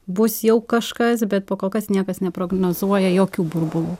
bus jau kažkas bet po kol kas niekas neprognozuoja jokių burbulų